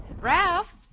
Ralph